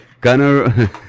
Gunner